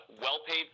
well-paid